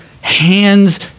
hands